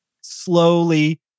slowly